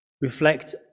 reflect